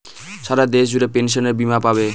সারা দেশ জুড়ে পেনসনের বীমা পাবে